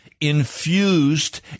infused